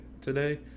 today